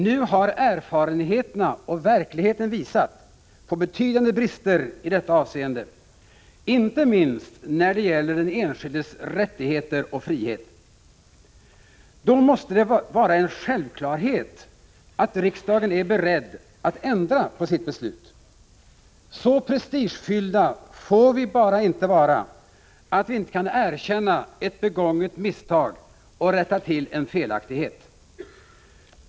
Nu har erfarenheterna och verkligheten visat på betydande brister i detta avseende inte minst när det gäller den enskildes rättigheter och frihet. Då måste det vara en självklarhet att riksdagen är beredd att ändra på sitt beslut. Så prestigefyllda får vi bara inte vara, att vi inte kan erkänna ett begånget misstag och rätta till en felaktighet.